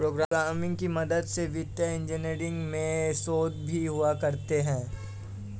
programming की मदद से वित्तीय इन्जीनियरिंग में शोध भी हुआ करते हैं